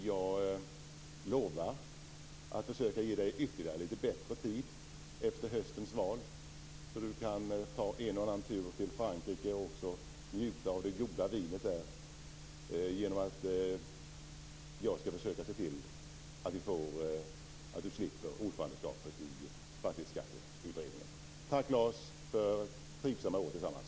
Jag lovar att försöka att ge dig ytterligare tid efter höstens val så att du kan ta en och annan tur till Frankrike och njuta av det goda vinet där genom att jag skall försöka att se till att du slipper ordförandeskapet i Fastighetsskatteutredningen. Tack, Lars, för trivsamma år tillsammans!